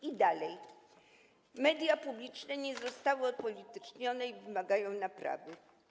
I dalej: Media publiczne nie zostały odpolitycznione i wymagają naprawy.